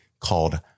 called